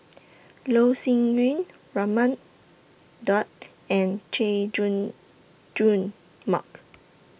Loh Sin Yun Raman Daud and Chay Jung Jun Mark